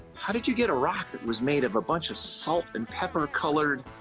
how did you get a rock that was made of a bunch of salt and pepper colored,